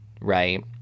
right